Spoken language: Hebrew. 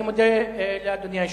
אני מודה לאדוני היושב-ראש.